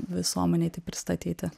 visuomeneitai pristatyti